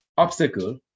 Obstacle